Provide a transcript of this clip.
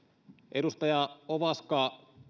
edustaja ovaska